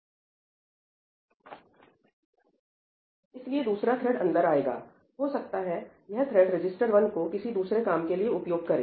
इसलिए दूसरा थ्रेड् अंदर आएगा हो सकता है यह थ्रेड रजिस्टर 1 को किसी दूसरे काम के लिए उपयोग करे